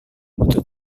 butuh